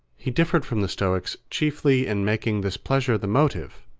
he differed from the stoics chiefly in making this pleasure the motive,